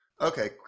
Okay